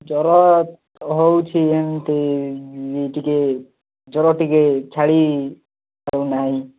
ଜ୍ୱର ହେଉଛି ଏମିତି ନୀ ଟିକେ ଜ୍ୱର ଟିକେ ଛାଡ଼ି ନାହିଁ